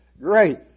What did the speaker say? great